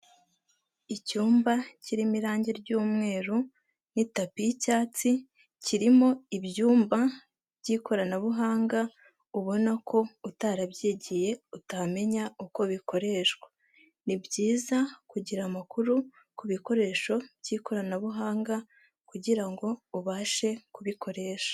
Icyumba kirimo irange ry'umweru n'itapi y'icyatsi kirimo ibyumba by'ikoranabuhanga ubona ko utarabyigiye utamenya uko bikoreshwa, ni byiza kugira amakuru ku bikoresho by'ikoranabuhanga kugirango ubashe kubikoresha.